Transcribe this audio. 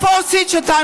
למה הפסדת בערד?